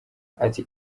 ati